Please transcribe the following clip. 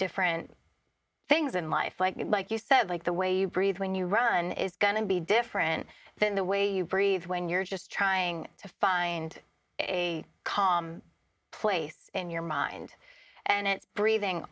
different things in life like you said like the way you breathe when you run is going to be different than the way you breathe when you're just trying to find a calm place in your mind and it's breathing